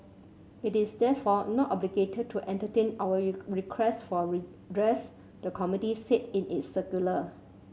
it is therefore not obligated to entertain our you requests for redress the committee said in its circular